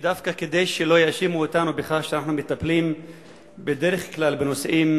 דווקא כדי שלא יאשימו אותנו בכך שאנחנו מטפלים בדרך כלל בנושאים